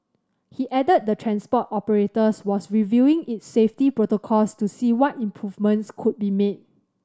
he added the transport operators was reviewing its safety protocols to see what improvements could be made